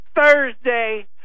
Thursday